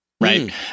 Right